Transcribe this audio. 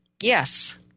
Yes